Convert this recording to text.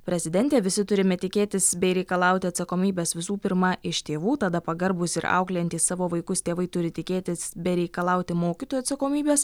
prezidentė visi turime tikėtis bei reikalauti atsakomybės visų pirma iš tėvų tada pagarbūs ir auklėjantys savo vaikus tėvai turi tikėtis be reikalauti mokytojų atsakomybės